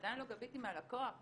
עדיין לא גביתי מהלקוח,